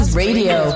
radio